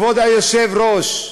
כבוד היושב-ראש,